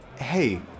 Hey